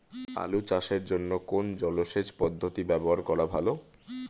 আলু চাষের জন্য কোন জলসেচ পদ্ধতি ব্যবহার করা ভালো?